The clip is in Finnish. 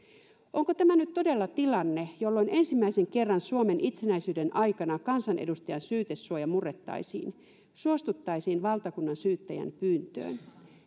onko tämä nyt todella tilanne jolloin ensimmäisen kerran suomen itsenäisyyden aikana kansanedustajan syytesuoja murrettaisiin suostuttaisiin valtakunnansyyttäjän pyyntöön